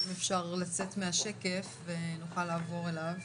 אם אפשר לצאת מהשקף ונוכל לעבור אליו.